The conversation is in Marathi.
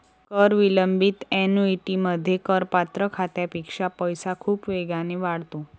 कर विलंबित ऍन्युइटीमध्ये, करपात्र खात्यापेक्षा पैसा खूप वेगाने वाढतो